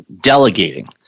delegating